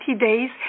days